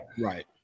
right